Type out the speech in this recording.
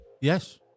Yes